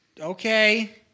Okay